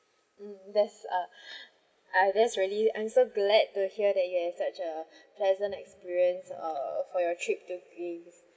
mm that's uh ah that's really I'm so glad to hear that you have such a pleasant experience uh for your trip to greece